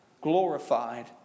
glorified